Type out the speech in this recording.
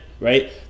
right